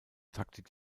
taktik